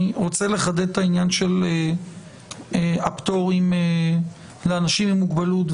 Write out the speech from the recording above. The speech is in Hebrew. אני רוצה לחדד את העניין של הפטורים לאנשים עם מוגבלות.